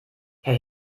herr